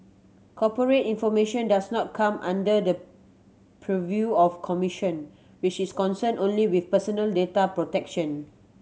corporate information does not come under the purview of commission which is concerned only with personal data protection